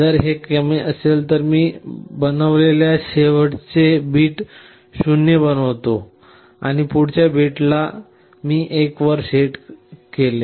जर हे कमी असेल तर मी बनवलेल्या शेवटच्या बीट 0 बनवितो आणि पुढच्या बीटला मी 1 वर सेट केले